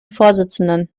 vorsitzenden